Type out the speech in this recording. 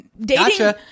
dating